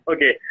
Okay